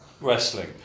wrestling